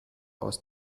aus